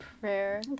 prayer